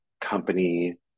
company